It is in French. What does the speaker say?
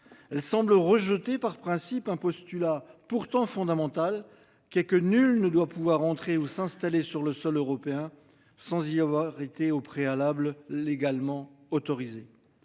Elle semble rejeter par principe un postulat pourtant fondamental qui est que nul ne doit pouvoir entrer ou s'installer sur le sol européen sans y avoir été au préalable légalement autorisé